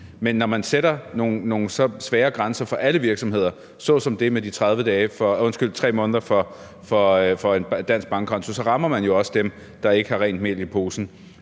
Men når man sætter nogle så svære grænser for alle virksomheder såsom det med de 3 måneder for en dansk bankkonto, rammer man jo også dem, der har rent mel i posen.